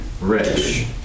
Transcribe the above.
rich